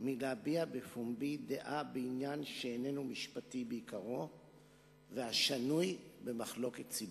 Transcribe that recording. מהביע בפומבי דעה בעניין שאינו משפטי בעיקרו והשנוי במחלוקת ציבורית".